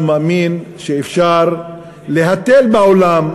הוא מאמין שאפשר להתל בעולם,